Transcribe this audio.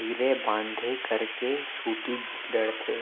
धीरे बांधे करके छूटीच डरथे